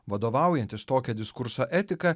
vadovaujantis tokia diskurso etika